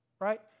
right